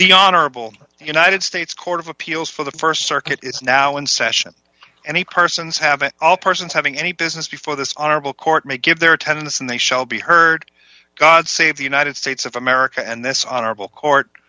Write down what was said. the honorable united states court of appeals for the st circuit it's now in session any persons have an all persons having any business before this honorable court may give their attendance and they shall be heard god save the united states of america and this honorable court